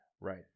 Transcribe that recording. Right